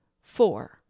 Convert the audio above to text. Four